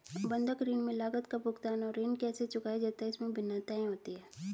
बंधक ऋण में लागत का भुगतान और ऋण कैसे चुकाया जाता है, इसमें भिन्नताएं होती हैं